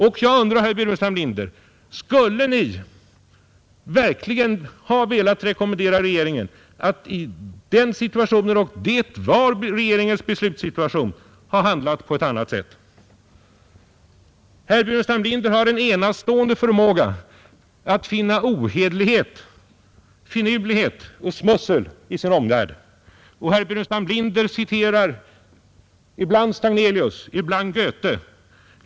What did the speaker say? Och jag undrar, herr Burenstam Linder: Skulle Ni verkligen ha velat rekommendera regeringen att i den situationen — och det var regeringens beslutssituation — ha handlat på ett annat sätt? Herr Burenstam Linder har en enastående förmåga att finna ohederlighet, finurlighet och smussel i sin omvärld. Herr Burenstam Linder citerar ibland Stagnelius, ibland Goethe.